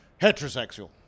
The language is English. heterosexual